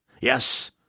Yes